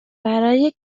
برای